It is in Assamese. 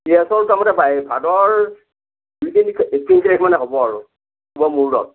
ৰিহাৰ্চেল তাৰ মানে ভাদৰ এক দুই তাৰিখমানে হ'ব আৰু মূৰত